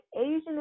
Asian